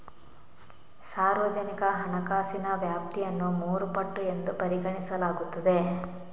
ಸಾರ್ವಜನಿಕ ಹಣಕಾಸಿನ ವ್ಯಾಪ್ತಿಯನ್ನು ಮೂರು ಪಟ್ಟು ಎಂದು ಪರಿಗಣಿಸಲಾಗುತ್ತದೆ